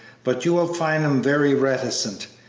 but you will find him very reticent.